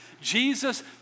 Jesus